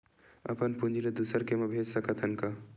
अपन पूंजी ला दुसर के मा भेज सकत हन का?